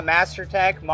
MasterTech